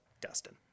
Dustin